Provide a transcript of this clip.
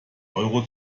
euro